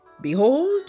Behold